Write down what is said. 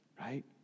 right